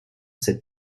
cette